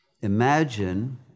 Imagine